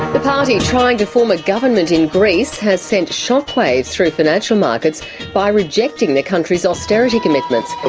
the party trying to form a government in greece has sent shockwaves through financial markets by rejecting the country's austerity commitments.